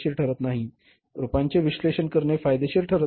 नेहमी रूपांचे विश्लेषण करणे फायदेशीर नाही